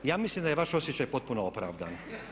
Ja mislim da je vaš osjećaj potpuno opravdan.